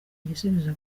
igisubizo